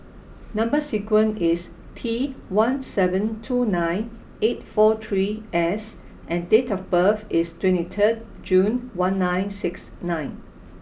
number sequence is T one seven two nine eight four three S and date of birth is twenty third June one nine six nine